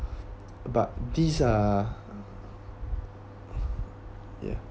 but these are ya